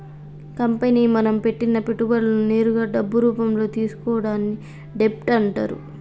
company మనం పెట్టిన పెట్టుబడులను నేరుగా డబ్బు రూపంలో తీసుకోవడాన్ని డెబ్ట్ అంటరు